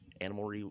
animal